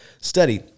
study